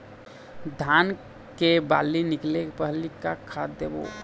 धान के बाली निकले पहली का खाद देबो?